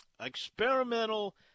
experimental